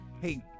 hey